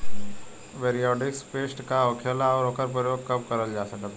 Bordeaux paste का होखेला और ओकर प्रयोग कब करल जा सकत बा?